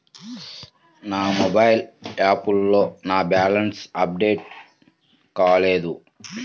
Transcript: నా మొబైల్ యాప్లో నా బ్యాలెన్స్ అప్డేట్ కాలేదు